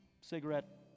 cigarette